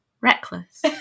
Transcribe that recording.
reckless